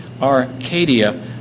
Arcadia